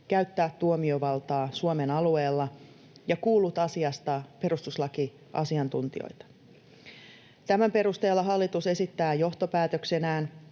käyttää tuomiovaltaa Suomen alueella, ja kuullut asiasta perustuslakiasiantuntijoita. Tämän perusteella hallitus esittää johtopäätöksenään,